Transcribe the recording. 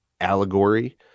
allegory